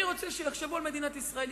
אני רוצה שכשיחשבו על מדינת ישראל,